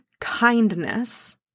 kindness